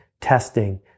testing